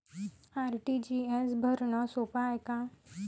RTGS भरनं सोप हाय का?